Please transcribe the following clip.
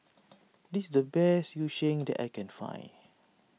this is the best Yu Sheng that I can find